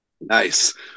Nice